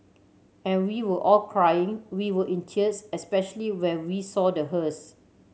and we were all crying we were in tears especially when we saw the hearse